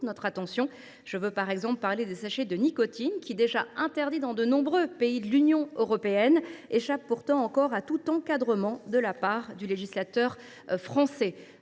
Je veux parler, par exemple, des sachets de nicotine, déjà interdits dans de nombreux pays de l’Union européenne, mais qui échappent pourtant à tout encadrement de la part du législateur français.